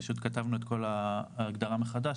פשוט כתבנו את כל ההגדרה מחדש,